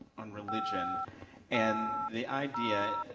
on religion and the idea